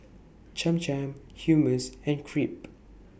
Cham Cham Hummus and Crepe